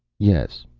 yes.